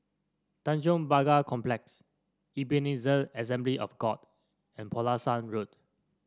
Tanjong Pagar Complex Ebenezer Assembly of God and Pulasan Road